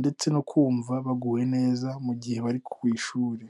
ndetse no kumva baguwe neza mu gihe bari ku ishuri.